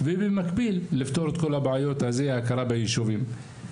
ובמקביל לפתור את כל הבעיות של ההכרה ביישובים.